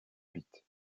bit